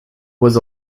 was